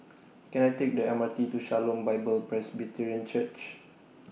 Can I Take The M R T to Shalom Bible Presbyterian Church